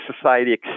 society